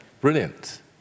Brilliant